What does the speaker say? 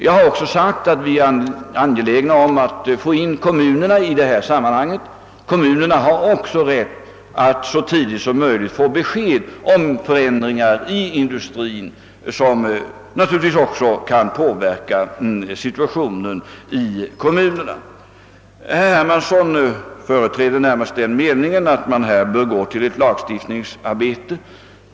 Jag har redan sagt att det är angeläget att föra in kommunerna i sammanhanget. Kommunerna har rätt att så tidigt som möjligt få besked om ändringar i fråga om industrilokalisering, något som naturligtvis även påverkar kommunernas situation. Herr Hermansson företräder närmast den meningen att man här bör gå till en lagstiftning.